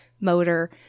motor